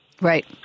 Right